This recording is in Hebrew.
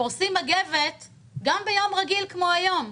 פורסים מגבת גם ביום רגיל כמו היום,